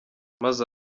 maze